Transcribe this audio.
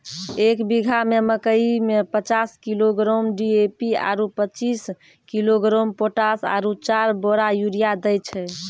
एक बीघा मे मकई मे पचास किलोग्राम डी.ए.पी आरु पचीस किलोग्राम पोटास आरु चार बोरा यूरिया दैय छैय?